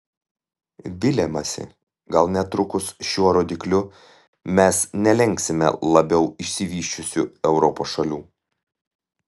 viliamasi gal netrukus šiuo rodikliu mes nelenksime labiau išsivysčiusių europos šalių